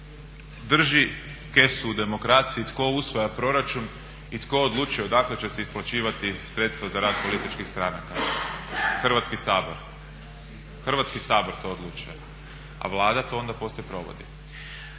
drži kesu u demokraciji, tko usvaja proračun i tko odlučuje odakle će se isplaćivati sredstva za rad političkih stranaka? Hrvatski sabor, Hrvatski sabor to odlučuje, a Vlada to onda poslije provodi.